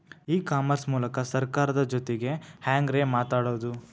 E commerce ಮೂಲಕ ಸರ್ಕಾರದ ಜೊತಿಗೆ ಹ್ಯಾಂಗ್ ರೇ ಮಾತಾಡೋದು?